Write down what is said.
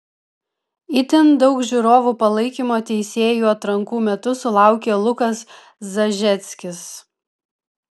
itin daug žiūrovų palaikymo teisėjų atrankų metu sulaukė lukas zažeckis